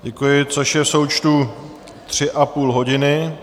Děkuji, což je v součtu tři a půl hodiny.